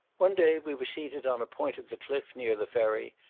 one day we were seated on a point of the cliff, near the ferry,